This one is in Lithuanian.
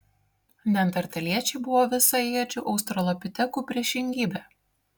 neandertaliečiai buvo visaėdžių australopitekų priešingybė